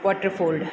Waterford